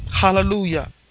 Hallelujah